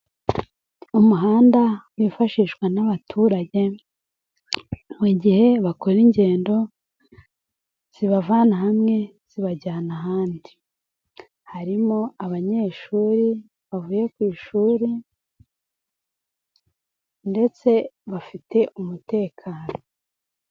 Umuhanda wifashishwa n'abaturage mu gihe bakora ingendo zibavana hamwe zibajyana ahandi, harimo abanyeshuri bavuye ku ishuri ndetse bafite umutekano.